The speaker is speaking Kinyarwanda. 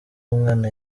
w’umwana